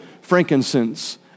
frankincense